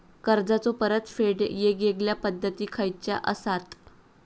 कर्जाचो परतफेड येगयेगल्या पद्धती खयच्या असात?